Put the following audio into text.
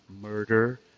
murder